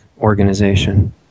organization